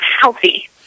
healthy